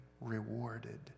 rewarded